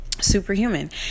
superhuman